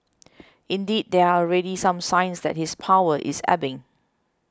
indeed there are already some signs that his power is ebbing